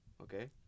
Okay